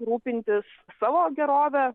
rūpintis savo gerove